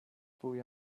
pugui